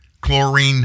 chlorine